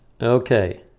Okay